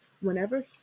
whenever